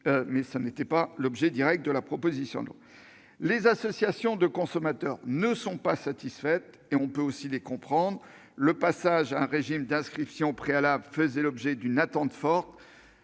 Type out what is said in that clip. loi n'incluait pas ce sujet. Les associations de consommateurs ne sont pas satisfaites, et on peut les comprendre. Le passage à un régime d'inscription préalable faisait l'objet d'une attente forte-